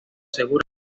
segura